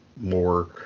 more